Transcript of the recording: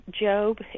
Job